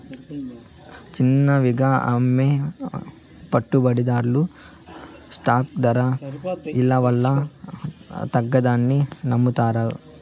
చిన్నవిగా అమ్మే పెట్టుబడిదార్లు స్టాక్ దర ఇలవల్ల తగ్గతాదని నమ్మతారు